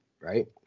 Right